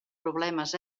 problemes